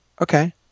Okay